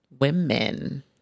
women